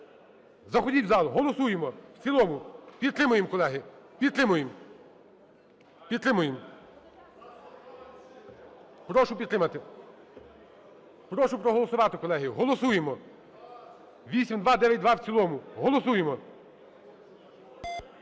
Заходіть в зал. Голосуємо в цілому. Підтримуємо, колеги, підтримуємо. Підтримуємо. Прошу підтримати. Прошу проголосувати, колеги. Голосуємо 8292 в цілому. Голосуємо.